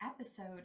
episode